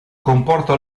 comporta